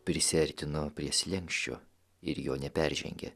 prisiartino prie slenksčio ir jo neperžengė